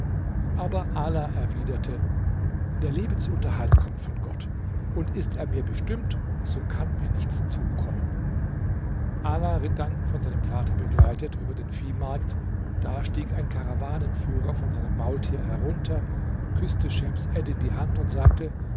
aber ala erwiderte der lebensunterhalt kommt von gott und ist er mir bestimmt so kann mir nichts zukommen ala ritt dann von seinem vater begleitet über den viehmarkt da stieg ein karawanenführer von seinem maultier herunter küßte schems eddin die hand und sagte